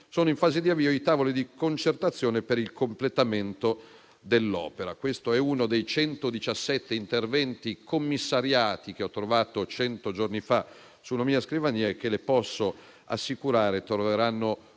sono in fase di avvio i tavoli di concertazione per il completamento dell'opera. Questo è uno dei 117 interventi commissariati che ho trovato cento giorni fa sulla mia scrivania e che, le posso assicurare, troveranno